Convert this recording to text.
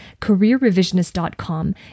careerrevisionist.com